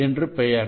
என்று பெயர்